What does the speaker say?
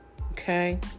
Okay